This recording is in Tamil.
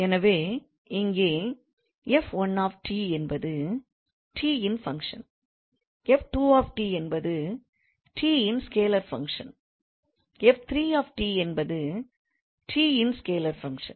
எனவே இங்கே 𝑓1𝑡என்பது t இன் Function 𝑓2𝑡 என்பது t இன் ஸ்கேலர் பங்க்ஷன் 𝑓3𝑡 என்பது t இன் ஸ்கேலர் பங்க்ஷன்